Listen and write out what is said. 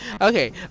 Okay